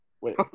wait